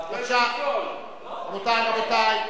מאה אחוז.